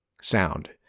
sound